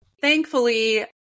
thankfully